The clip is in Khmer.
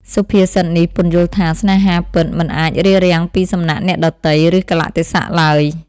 សុភាសិតនេះពន្យល់ថា ស្នេហាពិតមិនអាចរារាំងពីសំណាក់អ្នកដទៃ ឬកាលៈទេសៈឡើយ។